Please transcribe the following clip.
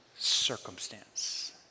circumstance